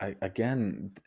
again